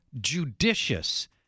judicious